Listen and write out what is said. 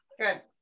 good